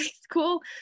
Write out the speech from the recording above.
school